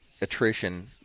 attrition